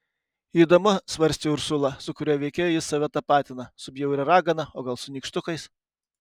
įdomu svarstė ursula su kuriuo veikėju jis save tapatina su bjauria ragana o gal su nykštukais